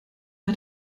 hat